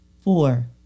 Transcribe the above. four